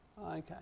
Okay